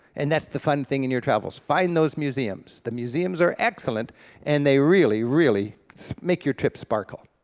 and that's the fun thing in your travels. find those museums, the museums are excellent and they really, really make your trip sparkle.